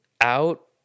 out